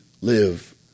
live